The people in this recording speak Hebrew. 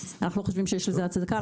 ואנחנו לא חושבים שיש לזה הצדקה.